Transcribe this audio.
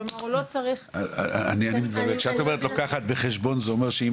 כלומר הוא לא צריך --- כשאת אומרת לוקחת בחשבון זה אומר שאם